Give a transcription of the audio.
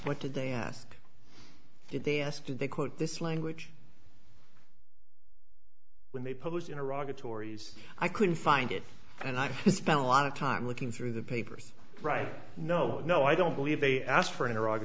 what did they ask did they ask did they quote this language when they published in iraq the tories i couldn't find it and i've spent a lot of time looking through the papers right no no i don't believe they asked for iraq